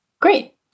Great